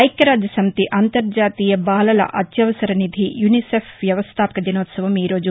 ఐక్యరాజ్యసమితి అంతర్జాతీయ బాలల అత్యవసరనిధి యునిసెఫ్ వ్యవస్దాపక దినోత్సవం ఈరోజు